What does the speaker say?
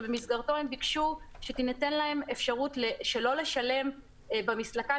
שבמסגרתו ביקשו שתינתן להם אפשרות לא לשלם במסלקה